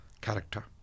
character